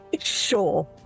Sure